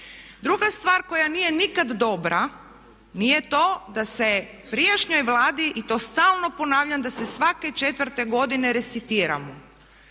Druga stvar koja nije nikada dobra, nije to da se prijašnjoj Vladi i to stalno ponavljam da se svake 4.-te godine resetiramo.